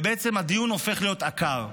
והדיון הופך להיות עקר.